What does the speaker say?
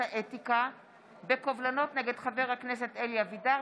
האתיקה בקובלנות נגד חבר הכנסת אלי אבידר,